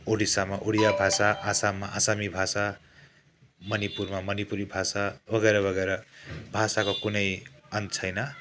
ओडिसामा उडिया भाषा आसाममा आसामी भाषा मणिपुरमा मणिपुरी भाषा वगेरा वगेरा भाषाको कुनै अन्त छैन